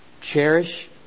cherish